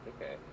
Okay